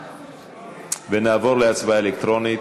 ונעבור להצבעה אלקטרונית.